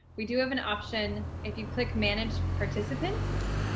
we do have an option. if you click manage participants,